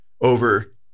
over